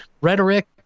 rhetoric